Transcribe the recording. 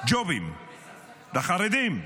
ג'ובים לחרדים.